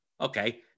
okay